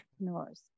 entrepreneurs